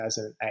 2008